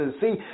See